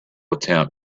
attempt